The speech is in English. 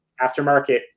aftermarket